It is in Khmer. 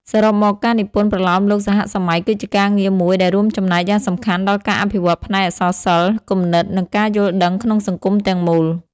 សរុបមក ការនិពន្ធប្រលោមលោកសហសម័យគឺជាការងារមួយដែលរួមចំណែកយ៉ាងសំខាន់ដល់ការអភិវឌ្ឍផ្នែកអក្សរសិល្ប៍ គំនិត និងការយល់ដឹងក្នុងសង្គមទាំងមូល។